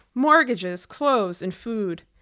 mortgages, clothes, and food.